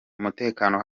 umutekano